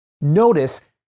Notice